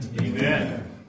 Amen